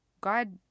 God